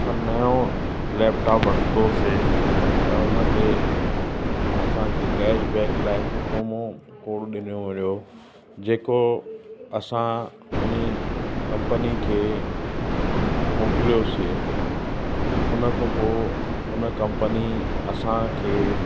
असां नयो लैपटॉप वरितोसी त हुन ते असांखे कैशबैक लाइ हिक प्रोमो कोड ॾिनयो हुयो जेको असां उन कंपनी खे मोकिलियोसी उनखां पोइ हुन कंपनी असांखे